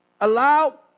allow